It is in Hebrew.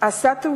הטעתה